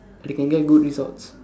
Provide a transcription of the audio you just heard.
they can get good results